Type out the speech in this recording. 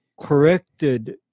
corrected